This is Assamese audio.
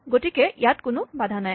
গতিকে ইয়াত কোনো বাধা নাই